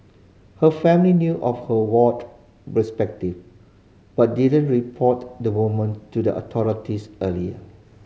her family knew of her warped perspective but didn't report the woman to the authorities earlier